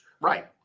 Right